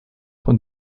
for